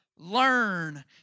Learn